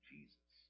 Jesus